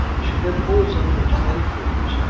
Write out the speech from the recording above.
she then holds up her tiny fingers,